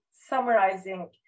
summarizing